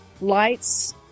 lights